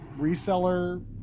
reseller